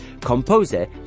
Composer